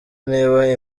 niba